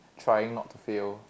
trying not to fail